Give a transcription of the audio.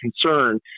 concern